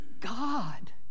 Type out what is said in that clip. God